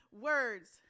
words